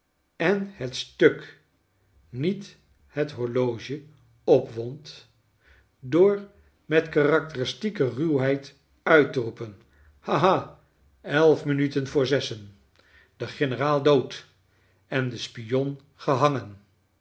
en het stuk niet het horloge opwond door met karakteristieke ruwheid uit te roepen ha ha elf minuten voor zessen de generaal dood en de spion gehangen